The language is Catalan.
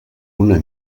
una